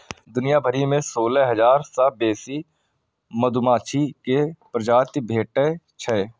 दुनिया भरि मे सोलह हजार सं बेसी मधुमाछी के प्रजाति भेटै छै